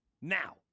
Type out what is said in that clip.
Now